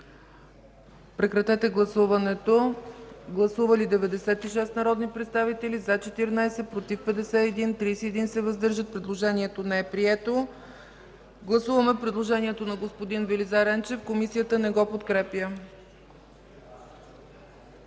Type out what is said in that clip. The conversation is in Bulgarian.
Комисията не подкрепя. Гласували 96 народни представители: за 14, против 51, въздържали се 31. Предложението не е прието. Гласуваме предложението на господин Велизар Енчев. Комисията не го подкрепя.